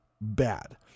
bad